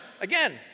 again